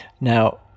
Now